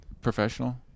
Professional